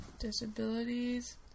disabilities